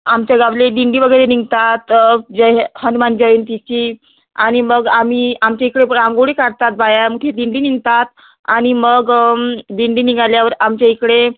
आमच्या गावले दिंडी वगैरे निघतात जय हनुमान जयंतीची आणि मग आम्ही आमच्या इकडे रांगोळी काढतात बाया मग दिंडी निघतात आणि मग दिंडी निघाल्यावर आमच्या इकडे